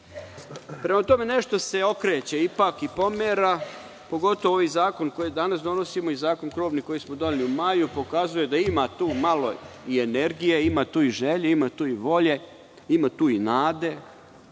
tome nešto se okreće, ipak, i pomera. Pogotovo ovaj zakon koji danas donosimo i krovni zakon koji smo doneli u maju pokazuje da ima tu malo i energije, ima tu i želje i volje, ima tu i nade